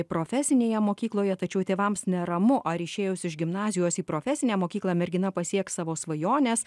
profesinėje mokykloje tačiau tėvams neramu ar išėjus iš gimnazijos į profesinę mokyklą mergina pasieks savo svajonės